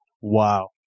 Wow